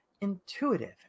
intuitive